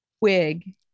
wig